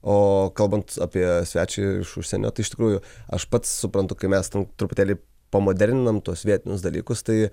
o kalbant apie svečiui iš užsienio tai iš tikrųjų aš pats suprantu kai mes ten truputėlį pamoderninam tuos vietinius dalykus tai